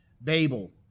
Babel